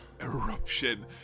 Eruption